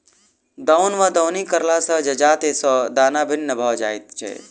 दौन वा दौनी करला सॅ जजाति सॅ दाना भिन्न भ जाइत छै